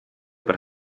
per